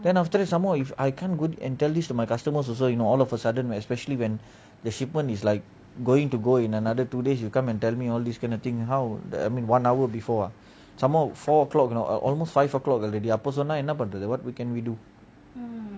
then after that some more if I can't go and tell this to my customers also you know all of a sudden especially when the shipment is like going to go in another two days you come and tell me all these kind of thing how I mean one hour before ah some more four o'clock ah you know al~ almost five o'clock already அப்போ சொன்ன என்ன பண்றது:appo sonna enna panradhu what can we do